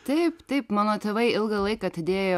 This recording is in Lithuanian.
taip taip mano tėvai ilgą laiką atidėjo